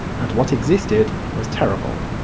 and what existed was terrible.